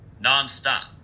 nonstop